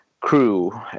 crew